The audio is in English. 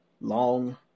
Long